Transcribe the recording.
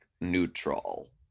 neutral